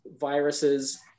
viruses